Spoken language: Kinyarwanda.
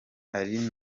ari